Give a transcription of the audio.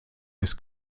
ist